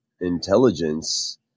intelligence